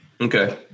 Okay